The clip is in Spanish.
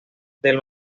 del